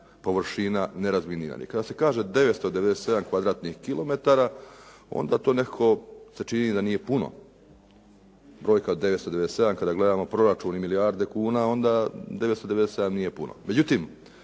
površina nerazminiranih. Kada se kaže 997 kvadratnih kilometara onda to nekako se čini da nije puno brojka od 997, kada gledamo proračun i milijarde kuna onda 997 nije puno.